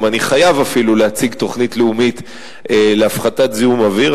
אני אפילו חייב להציג תוכנית לאומית להפחתת זיהום אוויר.